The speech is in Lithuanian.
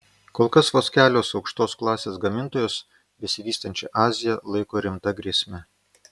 kol kas vos kelios aukštos klasės gamintojos besivystančią aziją laiko rimta grėsme